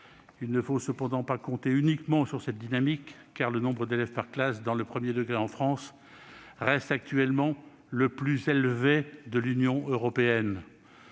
Il ne faut cependant pas compter uniquement sur cette dynamique, car le nombre d'élèves par classe dans le premier degré en France reste actuellement le plus élevé de l'Union européenne.